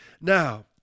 Now